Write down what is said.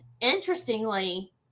interestingly